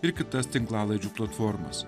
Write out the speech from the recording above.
ir kitas tinklalaidžių platformas